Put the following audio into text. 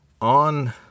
on